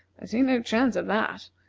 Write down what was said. i see no chance of that.